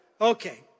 Okay